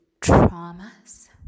traumas